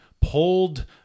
pulled